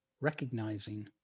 recognizing